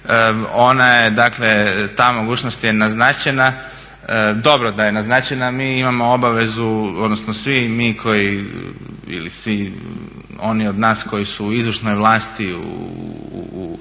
vrijednosti. Ta mogućnost je naznačena, dobro da je naznačena. Mi imamo odnosno svi mi koji ili svi oni od nas koji su u izvršnoj vlasti u državnoj